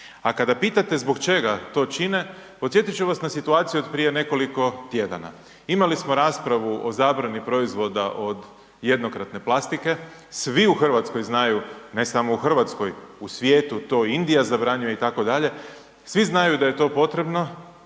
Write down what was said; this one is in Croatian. A kada pitate zbog čega to čine, podsjetit ću vas na situaciju od prije nekoliko tjedana. Imali smo raspravu o zabrani proizvoda od jednokratne plastike, svi u Hrvatskoj znaju, ne samo u Hrvatskoj, u svijetu, to Indija zabranjuje, itd., svi znaju da je to potrebno,